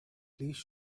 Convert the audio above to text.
please